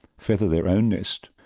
feather their own nest.